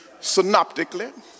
synoptically